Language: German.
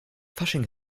fasching